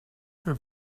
que